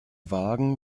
wagen